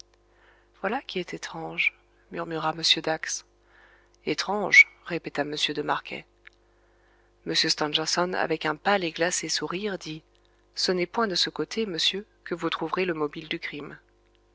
voilà qui est étrange murmura m dax étrange répéta m de marquet m stangerson avec un pâle et glacé sourire dit ce n'est point de ce côté monsieur que vous trouverez le mobile du crime